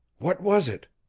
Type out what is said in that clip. what was it?